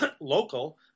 local